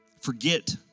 Forget